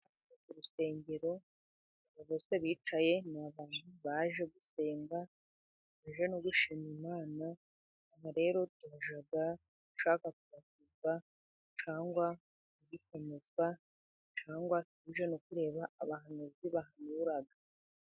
Usengero abantu bose bicaye, ni abantu baje gusenga, baje no gushima Imana. Aha rero tuhajya dushaka kubatizwa, cyangwa gukomezwa, cyangwa tuje no kureba abahanuzi bahanura.